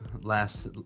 Last